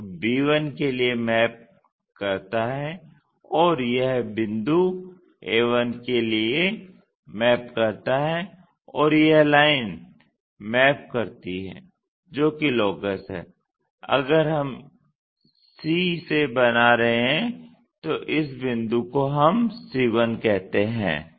तो यह एक b1 के लिए मैप करता है और यह बिंदु a1 के लिए मैप करता है और यह लाइन मैप करती है जोकि लोकस हैं अगर हम c से बना रहे हैं तो इस बिंदु को हम c1 कहते हैं